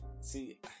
See